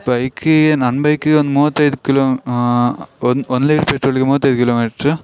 ಬೈಕೀ ನನ್ನ ಬೈಕಿಗೊಂದು ಮೂವತ್ತೈದು ಕಿಲೋ ಒಂದು ಒಂದು ಲೀಟರ್ ಪೆಟ್ರೋಲಿಗೆ ಮೂವತ್ತೈದು ಕಿಲೋಮೀಟ್ರ್